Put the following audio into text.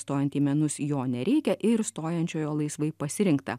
stojant į menus jo nereikia ir stojančiojo laisvai pasirinktą